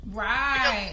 right